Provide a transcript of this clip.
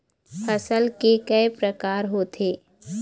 फसल के कय प्रकार होथे?